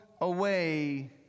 away